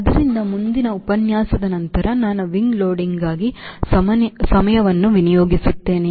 ಆದ್ದರಿಂದ ಮುಂದಿನ ಉಪನ್ಯಾಸದ ನಂತರ ನಾನು wing ಲೋಡಿಂಗ್ಗಾಗಿ ಸಮಯವನ್ನು ವಿನಿಯೋಗಿಸುತ್ತೇನೆ